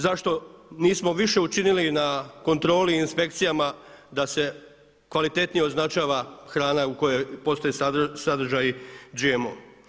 Zašto nismo više učinili na kontroli i inspekcijama da se kvalitetnije označava hrana u kojoj postoje sadržaji GMO?